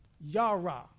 Yara